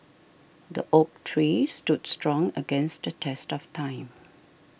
the oak tree stood strong against the test of time